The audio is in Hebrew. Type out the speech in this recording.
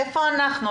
איפה אנחנו?